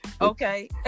okay